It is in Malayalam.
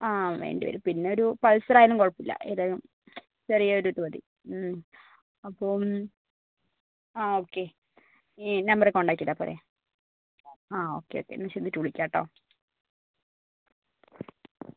ആ വേണ്ടിവരും പിന്നെ ഒരു പൾസർ ആയാലും കുഴപ്പം ഇല്ല ഏതായാലും ചെറിയ ഒരു ഇതു മതി അപ്പം ആ ഒക്കെ ഈ നമ്പറിൽ കോണ്ടാക്ട് ചെയ്താൽപോരേ ആ ഓക്കെ ഓക്കെ ഞാൻ ചെന്നിട്ട് വിളിക്കാ കേട്ടോ